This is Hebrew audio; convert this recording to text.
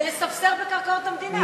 ולספסר בקרקעות המדינה,